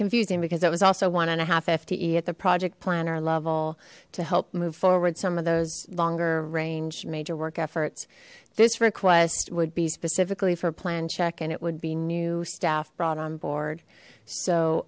confusing because it was also one and a half fte at the project planner level to help move forward some of those longer range major work efforts this request would be specifically for plan check and it would be new staff brought on board so